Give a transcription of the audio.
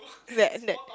that that